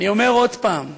אני אומר עוד פעם,